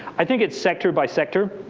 i think it's sector by sector.